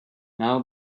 now